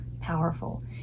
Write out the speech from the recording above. powerful